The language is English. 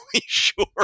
sure